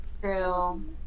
true